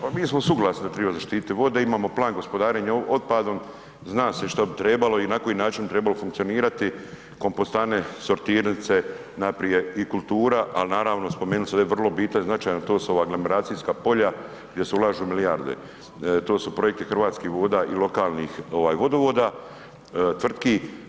Pa mi smo suglasni da triba zaštititi vode, imamo Plan gospodarenja otpadom zna se što bi trebalo i na koji način bi trebalo funkcionirati kompostane, sortirnice najprije i kultura, ali naravno spomenuli ste vrlo bitan značajan to su aglomeracijska polja gdje se ulažu milijarde, to su projekti Hrvatskih voda i lokalnih vodovoda tvrtki.